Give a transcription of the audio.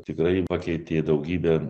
tikrai pakeitė daugybę